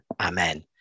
Amen